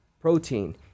protein